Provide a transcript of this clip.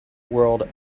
world